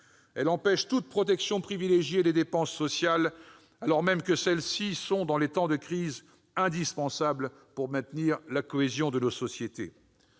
Elle empêche toute protection privilégiée des dépenses sociales, alors même que celles-ci sont, dans les temps de crise, indispensables pour maintenir la cohésion de nos sociétés.